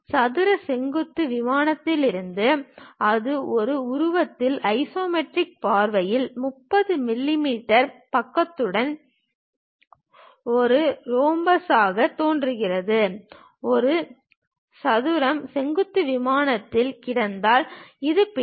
சதுரம் செங்குத்து விமானத்தில் இருந்தால் அது ஒரு உருவத்தில் ஐசோமெட்ரிக் பார்வையில் 30 மிமீ பக்கத்துடன் ஒரு ரோம்பஸாக தோன்றும் இந்த சதுரம் செங்குத்து விமானத்தில் கிடந்தால் இது பிடிக்கும்